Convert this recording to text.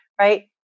right